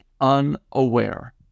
unaware